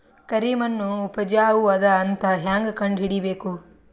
ಕರಿಮಣ್ಣು ಉಪಜಾವು ಅದ ಅಂತ ಹೇಂಗ ಕಂಡುಹಿಡಿಬೇಕು?